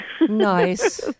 Nice